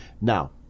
Now